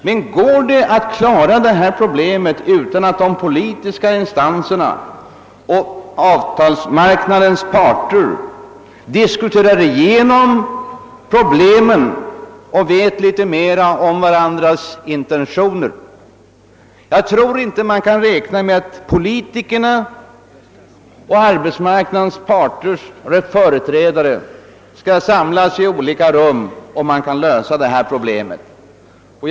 Men går det att klara dessa problem utan att de politiska instanserna och arbetsmarknadens parter har diskuterat igenom problemen och vet litet mera om varandras intentioner? Jag tror inte att man, om man vill lösa detta problem, kan räkna med att politikerna och företrädare för arbetsmarknadens parter skall samlas i olika rum.